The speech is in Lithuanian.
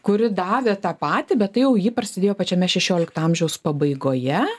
kuri davė tą patį bet tai jau ji prasidėjo pačiame šešiolikto amžiaus pabaigoje